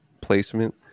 placement